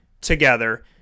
together